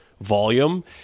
volume